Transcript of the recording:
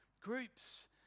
groups